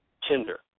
tinder